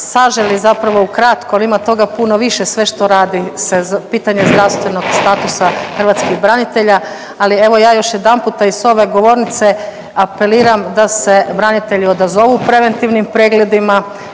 saželi ukratko, ali ima toga puno više sve što radi se za pitanje zdravstvenog statusa hrvatskih branitelja, ali evo ja još jedanput i s ove govornice apeliram da se branitelji odazovu preventivnim pregledima,